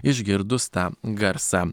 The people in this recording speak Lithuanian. išgirdus tą garsą